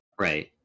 Right